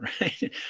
right